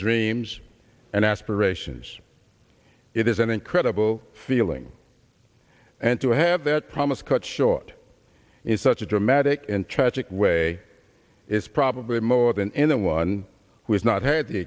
dreams and aspirations it is an incredible feeling and to have that promise cut short in such a dramatic and tragic way is probably more than anyone who has not had the